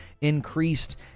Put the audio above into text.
increased